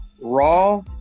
Raw